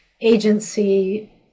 agency